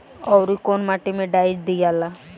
औवरी कौन माटी मे डाई दियाला?